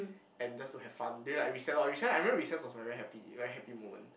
and just to have fun then like recess loh recess I remember recess was very happy very happy moment